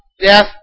death